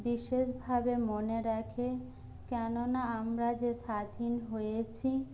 বিশেষভাবে মনে রাখে কেননা আমরা যে স্বাধীন হয়েছি